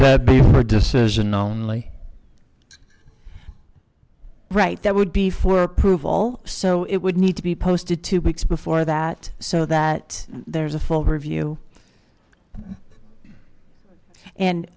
that be for decision only right that would be for approval so it would need to be posted two weeks before that so that there's a full review and